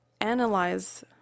analyze